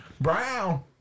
brown